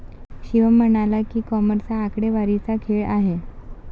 शिवम म्हणाला की, कॉमर्स हा आकडेवारीचा खेळ आहे